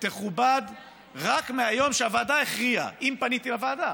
תכובד רק מהיום שהוועדה הכריעה, אם פניתי לוועדה.